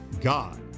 God